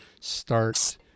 start